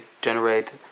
generate